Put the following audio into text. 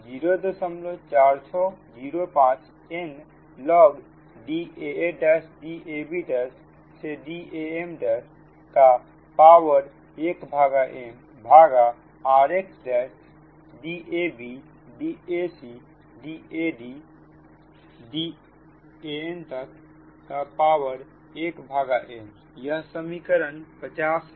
इस प्रकार La ʎ aIn04605 n log DaaDabDam1m rx'DabDacDadDan1n यह समीकरण 50 है